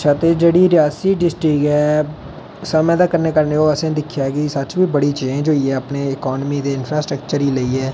अच्छा ते जेहडी रियासी डिस्ट्रिक्ट ऐ समें दे कन्नै कन्नै ओह् असें दिक्खेआ कि सच गै बडी चेंज होई ऐ अपने इकानमी दे इंफरास्ट्रक्चर गी लेइयै